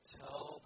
tell